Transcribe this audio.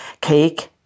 cake